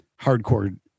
hardcore